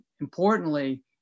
importantly